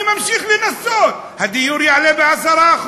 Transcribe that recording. אני ממשיך לנסות, הדיור יעלה ב-10%.